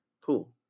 Cool